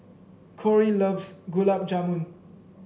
Corie loves Gulab Jamun